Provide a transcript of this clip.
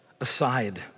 aside